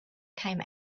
came